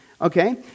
Okay